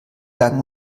lange